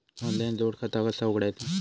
Online जोड खाता कसा उघडायचा?